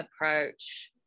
approach